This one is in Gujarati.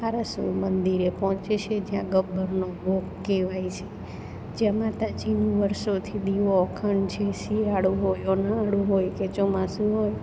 આરાસુર મંદિરે પહોંચે છે જ્યાં ગબ્બરનો ગોખ કહેવાય છે જ્યાં માતાજીનું વર્ષોથી દીવો અખંડ છે શિયાળો હોય ઉનાળો હોય કે ચોમાસું હોય